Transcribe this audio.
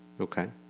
Okay